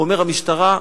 אומר: המשטרה,